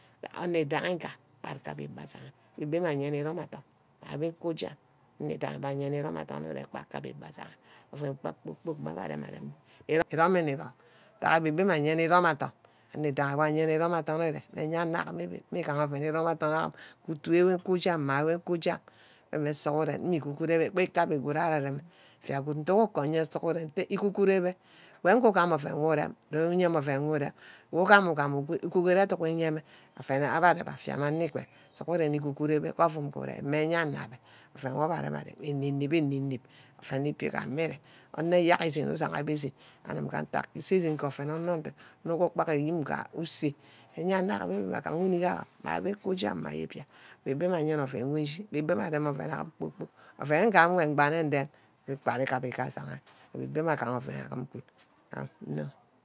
Ano-idanghi ngam kpat ke abini ashiha, ababa mme yeni irome adorn, mbidiahi wor ayeni irome adorn ire ikpat ke abbe ashiha, oven kpor-kpork wor abbe arem irome nne irome, ntack abbe beh mma ayenna irome adorn anor idanhi wor ayenna irom̄-adorn ire, ayanna na mma gaha irome adorn am too too ukuja mma wey ukuja may sughuren iguru ke gba oven wor abe arem arem induck ukor nye sugheren nte ikukurebe mma wor ugam oven wor urem, ju uyeme oven wu urem, ugam-ugam ugo je ugurowo oduck eyembe abbe arep affia beh sughuren igurowo ke ouum good mme ayan-nnabe oven wor abe arem arem eneb-eneb oven ebi ke ami ere onor eyack esen ushigabie esene anim ke intack ise esene ke oven onor ndey omor kpak ayim mba useh, ayan-anim mma agaha enik am, abebe mma ayene oven wor nchi, mma erem oven kpor-kpork oven ngam wor mbane ndem igbatrigabe ashiha, abebe mma agaha oven ayi good.